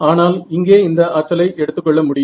ஆனால் இங்கே இந்த ஆற்றலை எடுத்துக்கொள்ள முடியும்